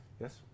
Yes